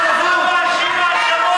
זה לא פייר להציג את זה כך.